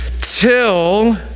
till